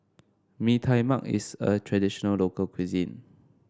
Mee Tai Mak is a traditional local cuisine